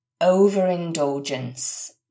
overindulgence